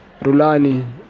Rulani